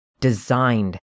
designed